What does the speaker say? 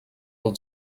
will